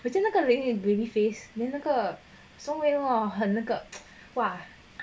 我觉得那个 really face then 那个 shen wei luo 很那个 !wah!